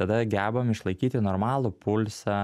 tada gebam išlaikyti normalų pulsą